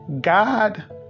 God